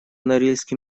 норильске